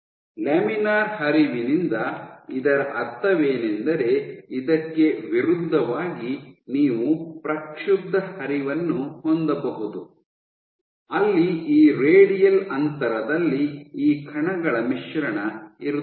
laminar ಹರಿವಿನಿಂದ ಇದರ ಅರ್ಥವೇನೆಂದರೆ ಇದಕ್ಕೆ ವಿರುದ್ಧವಾಗಿ ನೀವು ಪ್ರಕ್ಷುಬ್ಧ ಹರಿವನ್ನು ಹೊಂದಬಹುದು ಅಲ್ಲಿ ಈ ರೇಡಿಯಲ್ ಅಂತರದಲ್ಲಿ ಈ ಕಣಗಳ ಮಿಶ್ರಣ ಇರುತ್ತದೆ